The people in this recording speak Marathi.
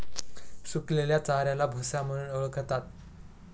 सुकलेल्या चाऱ्याला भुसा म्हणून ओळखतात